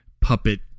puppet